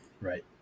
right